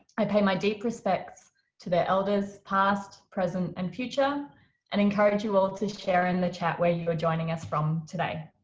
i pay my deep respects to their elders, past, present and future and encourage you all to share in the chat from where you are joining us from today.